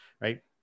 right